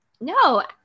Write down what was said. No